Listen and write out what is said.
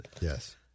Yes